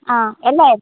ಹಾಂ ಎಲ್ಲ ಇದು